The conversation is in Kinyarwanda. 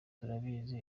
turabizi